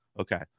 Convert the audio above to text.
Okay